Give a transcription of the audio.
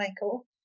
Michael